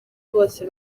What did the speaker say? bose